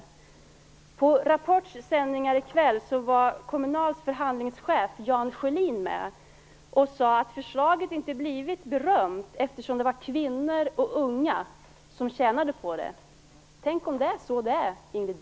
På rapports sändningar i kväll var Kommunals förhandlingscef, Jan Sjölin, med och sade att förslaget inte har blivit berömt eftersom det är kvinnor och unga som tjänar på det. Tänk om det är så, Ingrid